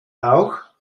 auch